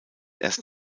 erst